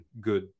good